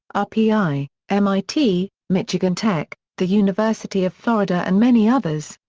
rpi, mit, michigan tech, the university of florida and many others.